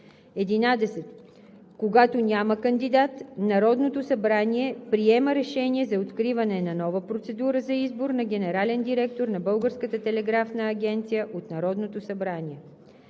агенция. 11. Когато няма кандидат, Народното събрание приема решение за откриване на нова процедура за избор на генерален директор на Българската